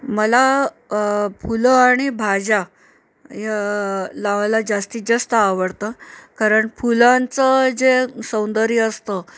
मला फुलं आणि भाज्या या लावायला जास्तीत जास्त आवडतं कारण फुलांचं जे सौंदर्य असतं